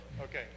Okay